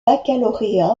baccalauréat